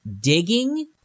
digging